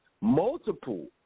multiple